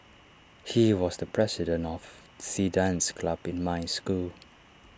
he was the president of the dance club in my school